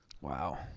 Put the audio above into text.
Wow